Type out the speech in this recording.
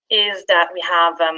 is that we have